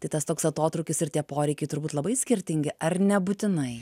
tai tas toks atotrūkis ir tie poreikiai turbūt labai skirtingi ar nebūtinai